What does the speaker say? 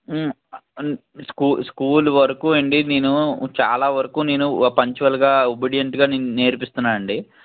school school వరుకు అండి నేను చాలా వరుకు నేను ఓ పంక్చువల్గా ఒబీడియంట్గా నేను నేర్పిస్తున్నానండి